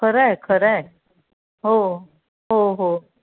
खरं आहे खरं आहे हो हो हो